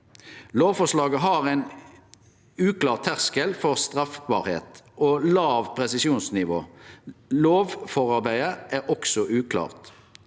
Lovforslaget har ein uklar terskel for straffbarheit og eit lågt presisjonsnivå. Lovforarbeidet er også uklart.